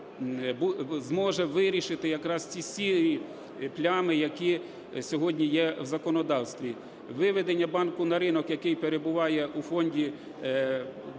Виведення банку на ринок, який перебуває у фонді